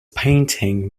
painting